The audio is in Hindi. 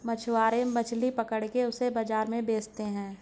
मछुआरे मछली पकड़ के उसे बाजार में बेचते है